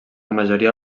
majoria